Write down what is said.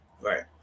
right